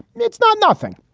it's not nothing.